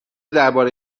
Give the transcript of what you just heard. درباره